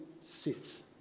sits